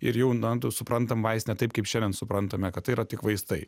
ir jau na ten suprantam vaistinę taip kaip šiandien suprantame kad tai yra tik vaistai